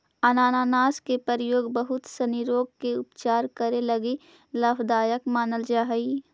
अनानास के प्रयोग बहुत सनी रोग के उपचार करे लगी लाभदायक मानल जा हई